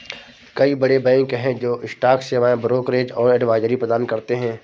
कई बड़े बैंक हैं जो स्टॉक सेवाएं, ब्रोकरेज और एडवाइजरी प्रदान करते हैं